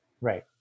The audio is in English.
Right